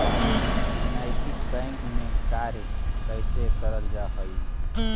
नैतिक बैंक में कार्य कैसे करल जा हई